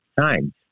times